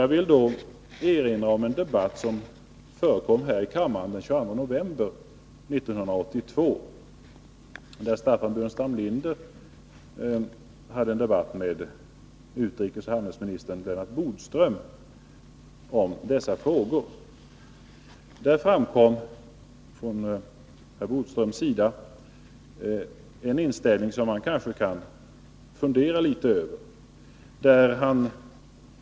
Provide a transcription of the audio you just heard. Jag vill då erinra om en debatt i kammaren den 22 november 1982 mellan Staffan Burenstam Linder och utrikesoch handelsministern Lennart Bodström. Herr Bodström redovisade då en inställning som man kanske kan fundera litet över.